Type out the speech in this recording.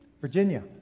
Virginia